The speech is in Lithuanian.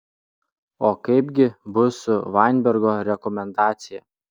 o kaip gi bus su vainbergo rekomendacija